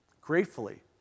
gratefully